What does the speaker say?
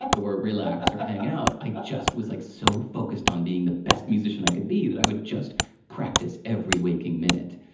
or relax, or hang out. i just was like so focused on being the best musician that i could be, that i would just practice every waking minute.